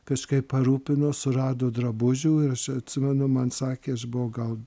kažkaip parūpino surado drabužių ir aš atsimenu man sakė aš buvau gal